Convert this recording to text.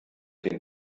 den